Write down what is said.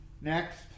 Next